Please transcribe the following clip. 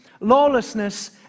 lawlessness